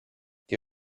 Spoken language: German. die